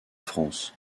france